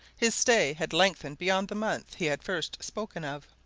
his stay had lengthened beyond the month he had first spoken of.